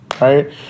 right